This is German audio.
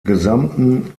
gesamten